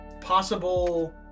possible